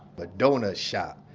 but donut shop.